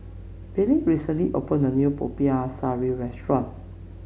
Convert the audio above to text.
Billie recently opened a new Popiah Sayur restaurant